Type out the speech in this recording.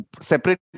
separate